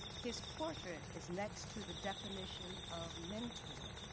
his portrait is next to the definition of mentor.